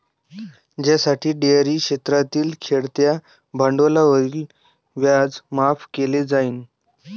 ज्यासाठी डेअरी क्षेत्रातील खेळत्या भांडवलावरील व्याज माफ केले जाईल